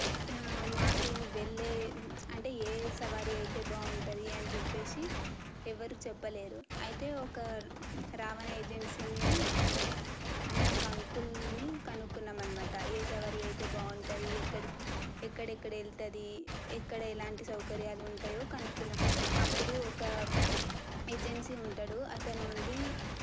మాకు వెళ్ళే అంటే ఏ సవారీ అయితే బాగుంటుంది అని చెప్పేసి ఎవరు చెప్పలేరు అయితే ఒక రావణ ఏజెన్సీని అని ఒక అంకుల్ని కనుక్కున్నాము అన్నమాట ఏ సవారీ అయితే బాగుంటుంది ఎక్కడికి ఎక్కడెక్కడ వెళుతుంది ఎక్కడ ఎలాంటి సౌకర్యాలు ఉంటాయో కనుక్కున్నాము అప్పుడు ఒక ఏజెన్సీ ఉంటాడు అతను ఉండి